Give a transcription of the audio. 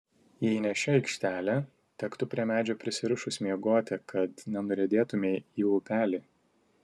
jei ne ši aikštelė tektų prie medžio prisirišus miegoti kad nenuriedėtumei į upelį